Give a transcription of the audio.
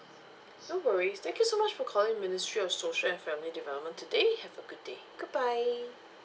no worries thank you so much for calling ministry of social and family development today have a good day goodbye